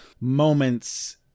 moments